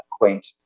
acquaint